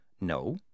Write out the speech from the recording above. No